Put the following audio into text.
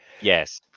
yes